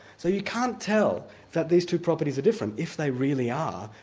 so you can't tell that these two properties are different, if they really are,